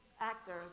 actors